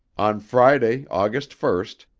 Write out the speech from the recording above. on friday, august first,